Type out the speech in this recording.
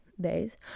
days